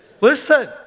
Listen